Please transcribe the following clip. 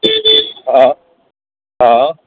हा हा